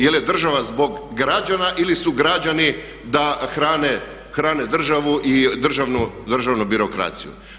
Jel' država zbog građana ili su građani da hrane državu i državnu birokraciju?